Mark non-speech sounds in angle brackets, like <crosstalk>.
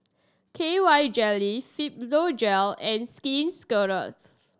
K Y Jelly Fibogel <unintelligible> and Skin Ceuticals